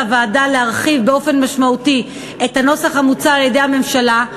הוועדה להרחיב באופן משמעותי את הנוסח שהציעה הממשלה.